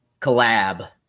collab